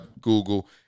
Google